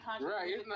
Right